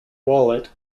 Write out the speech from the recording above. wallet